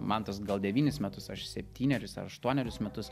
mantas gal devynis metus aš septynerius ar aštuonerius metus